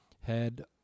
Head